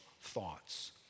thoughts